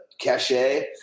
cachet